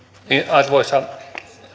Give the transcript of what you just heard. arvoisa